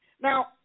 now